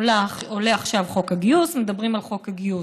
עולה עכשיו חוק הגיוס, מדברים על חוק הגיוס.